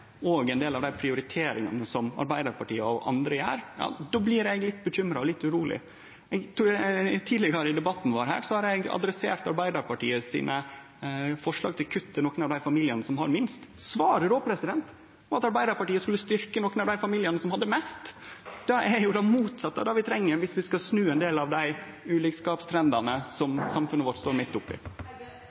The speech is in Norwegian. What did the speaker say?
ein del av dei prioriteringane som Arbeidarpartiet og andre gjer – ja, då blir eg litt bekymra og litt uroleg. Tidlegare i debatten har eg adressert Arbeidarpartiet sine forslag til kutt til nokre av dei familiane som har minst. Svaret då var at Arbeidarpartiet skulle styrkje nokre av dei familiane som hadde mest! Det er jo det motsette av det vi treng dersom vi skal snu ein del av dei ulikskapstrendane som samfunnet vårt står midt